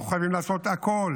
אנחנו חייבים לעשות הכול